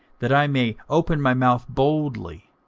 that i may open my mouth boldly,